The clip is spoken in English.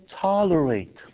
tolerate